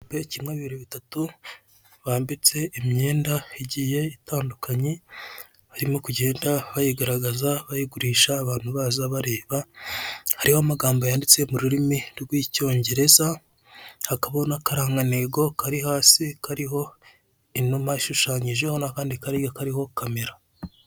Ibipupe kimwe bibiri bitatu bambitse imyenda igiye itandukanye, barimo kugenda bayigaragaza bayigurisha abantu baza bareba, hariho amagambo yanditse mu rurimi rw'icyongereza, hakabaho n'akarangantego kari hasi kariho inuma ishushanyije n'andi kari hirya kariho kamera.